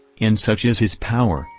and such is his power,